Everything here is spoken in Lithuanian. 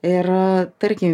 ir tarkim